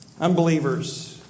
Unbelievers